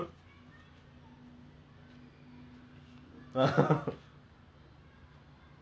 okay okay enough school okay enough of this school now let's talk about P_S four do you play P_S four